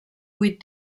vuit